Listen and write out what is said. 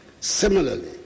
similarly